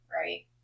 right